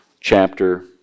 chapter